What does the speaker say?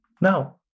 Now